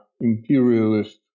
imperialist